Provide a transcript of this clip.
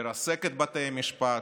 לרסק את בתי המשפט,